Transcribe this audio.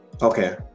Okay